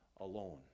alone